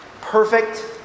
perfect